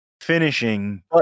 finishing